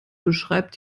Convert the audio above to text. beschreibt